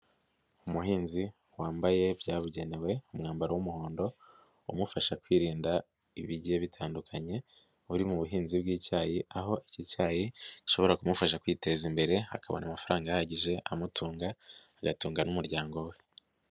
Umuhinzi wambaye ibyabugenewe umwambaro w'umuhondo umufasha kwirinda ibintu bigiye bitandukanye uri mu buhinzi bw'icyayi aho iki cyayi gishobora kumufasha kwiteza imbere akabona amafaranga ahagije amutunga agatunga n'umuryango we.